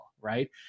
Right